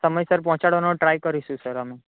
સમયસર પહોંચાડવાનો ટ્રાય કરીશું સર અમે